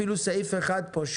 אפילו אם יהיה פה סעיף אחד בעייתי,